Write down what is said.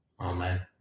Amen